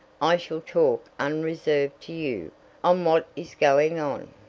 i shall talk unreserved to you on what is going on.